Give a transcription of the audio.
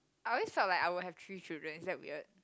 I always felt like I will have three children is that weird